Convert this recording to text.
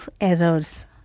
errors